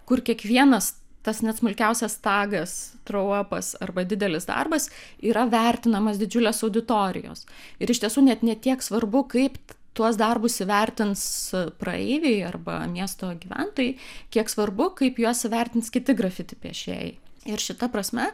kur kiekvienas tas net smulkiausias tagas fruopas arba didelis darbas yra vertinamas didžiulės auditorijos ir iš tiesų net ne tiek svarbu kaip tuos darbus įvertins praeiviai arba miesto gyventojai kiek svarbu kaip juos vertins kiti grafiti piešėjai ir šita prasme